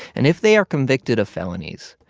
and if they are convicted of felonies,